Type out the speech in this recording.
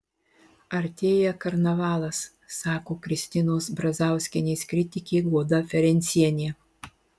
artėja karnavalas sako kristinos brazauskienės kritikė goda ferencienė